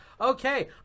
Okay